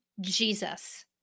Jesus